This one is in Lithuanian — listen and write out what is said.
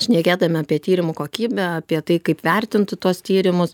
šnekėdami apie tyrimų kokybę apie tai kaip vertinti tuos tyrimus